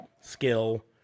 skill